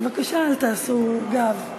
בבקשה אל תעשו גב.